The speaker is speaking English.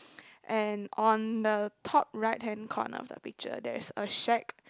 and on the top right hand corner from the picture there is a shade